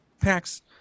packs